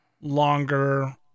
longer